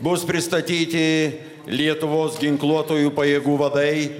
bus pristatyti lietuvos ginkluotųjų pajėgų vadai